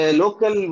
local